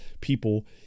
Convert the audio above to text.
people